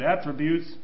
attributes